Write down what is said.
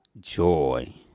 Joy